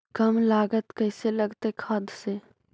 कम लागत कैसे लगतय खाद से?